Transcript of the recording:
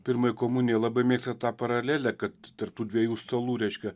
pirmai komunijai labai mėgsta tą paralelę kad tarp tų dviejų stalų reiškia